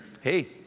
Hey